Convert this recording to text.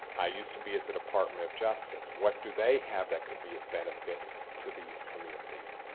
i used to be at the department of justice. what do they have that could be of benefit to these communities?